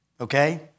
Okay